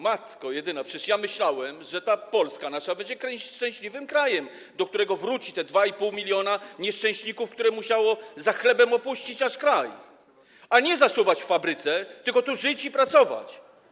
Matko jedyna, przecież ja myślałem, że ta Polska nasza będzie szczęśliwym krajem, do którego wróci te 2,5 mln nieszczęśników, którzy musieli za chlebem opuścić nasz kraj - nie zasuwać w fabryce, tylko tu żyć i pracować.